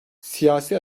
siyasi